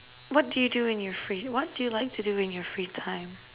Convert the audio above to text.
what do you do when you're free what do you like to do when you have free time